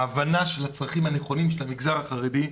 ההבנה של הצרכים הנכונים של המגזר החרדי,